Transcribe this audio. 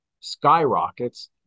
skyrockets